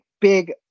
big